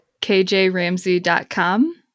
kjramsey.com